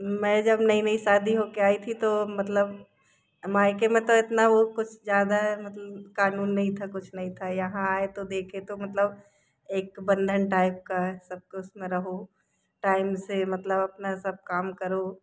मैं जब नई नई शादी होकर आई थी तो मतलब मायके में तो इतना वह कुछ ज़्यादा मतलब क़ानून नहीं था कुछ नहीं था यहाँ आए तो देखे तो मतलब एक बंधन टाइप का सब कुछ में रहो टाइम से मतलब अपना सब काम करो